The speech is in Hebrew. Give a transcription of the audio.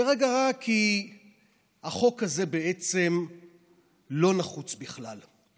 זה רגע רע כי החוק הזה בעצם לא נחוץ בכלל,